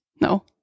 no